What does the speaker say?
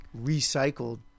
recycled